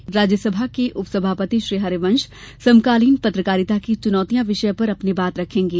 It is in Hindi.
इसमें राज्यसभा के उपसभापति श्री हरिवंश समकालीन पत्रकारिता की चुनौतियां विषय पर अपनी बात रखेंगे